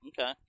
Okay